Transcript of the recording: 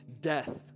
death